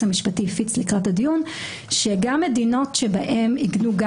המשפטי הפיק לקראת הדיון שגם מדינות בהן עיגנו גם